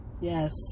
Yes